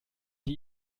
die